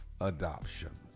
Adoptions